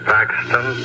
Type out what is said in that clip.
Paxton